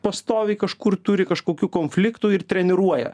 pastoviai kažkur turi kažkokių konfliktų ir treniruoja